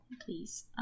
please